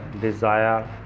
desire